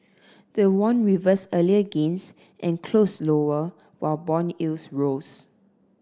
the won reversed earlier gains and closed lower while bond yields rose